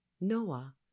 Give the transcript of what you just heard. Noah